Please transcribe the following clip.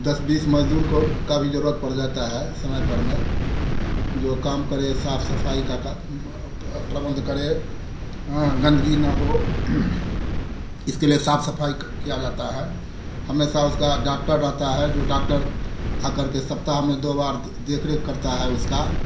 दस बीस मज़दूर को की भी ज़रूरत पड़ जाती है समय पर में जो काम करे साफ़ सफ़ाई का प्रबंध करे गंदगी ना हो इसके लिए साफ़ सफ़ाई किया जाता है हमेशा उसका डाक्टर रहता है जो डाक्टर आ कर के सप्ताह में दो बार देख रेख करता है उसका